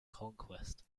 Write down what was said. conquest